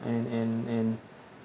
and and and